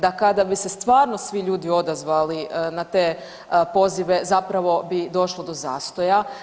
Da kada bi se stvarno svi ljudi odazvali na te pozive zapravo bi došlo do zastoja.